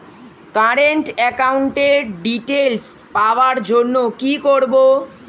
Current একাউন্টের details পাওয়ার জন্য কি করব?